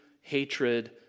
hatred